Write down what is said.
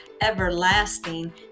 everlasting